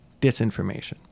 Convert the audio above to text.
disinformation